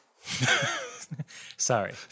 sorry